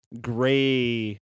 gray